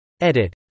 Edit